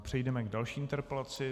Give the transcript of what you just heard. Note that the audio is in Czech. Přejdeme k další interpelaci.